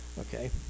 Okay